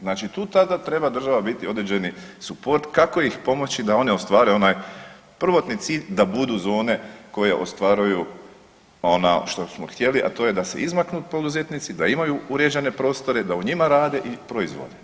Znači tu tada treba država biti određeni suport kako ih pomoći da oni ostvare onaj prvotni cilj da budu zone koje ostvaruju ono što smo htjeli, a to je da se izmaknu poduzetnici, da imaju uređene prostore, da u njima rade i proizvode.